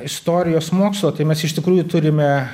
istorijos mokslo tai mes iš tikrųjų turime